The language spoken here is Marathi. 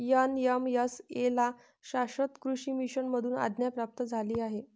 एन.एम.एस.ए ला शाश्वत कृषी मिशन मधून आज्ञा प्राप्त झाली आहे